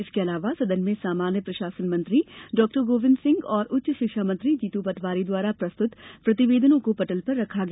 इसके अलावा सदन में सामान्य प्रशासन मंत्री डॉ गोविन्द सिंह और उच्चशिक्षा मंत्री जीतू पटवारी द्वारा प्रस्तुत प्रतिवेदनों को पटल पर रखा गया